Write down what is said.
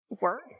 work